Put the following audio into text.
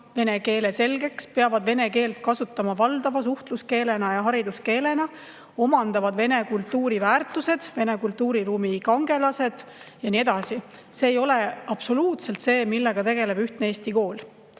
vene keele selgeks, peavad vene keelt kasutama valdava suhtluskeelena ja hariduskeelena, omandavad vene kultuuriväärtused, vene kultuuriruumi kangelased ja nii edasi. See ei ole absoluutselt see, millega tegeleb ühtne Eesti kool.